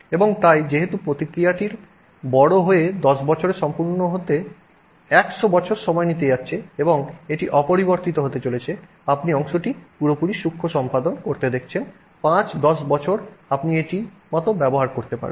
এবং তাই যেহেতু প্রতিক্রিয়াটি বড় হয়ে 10 বছরে সম্পূর্ণ হতে 100 বছর সময় নিতে যাচ্ছে এটি অপরিবর্তিত হতে চলেছে আপনি অংশটি পুরোপুরি সূক্ষ্ম সম্পাদন করতে দেখছেন 5 10 বছর আপনি এটির মতো ব্যবহার করতে পারবেন